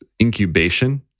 incubation